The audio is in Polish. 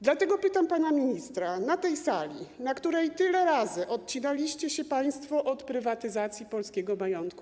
Dlatego pytam pana ministra na tej sali, na której tyle razy odcinaliście się państwo od prywatyzacji polskiego majątku.